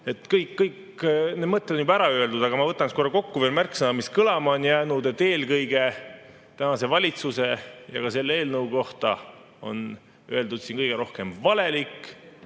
Kõik mõtted on juba ära öeldud, aga ma võtaks korra kokku veel märksõnad, mis kõlama on jäänud. Eelkõige tänase valitsuse ja ka selle eelnõu kohta on siin kõige rohkem öeldud